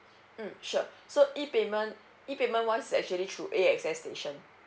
mm sure so E payment E payment ones is actually through A_X_S station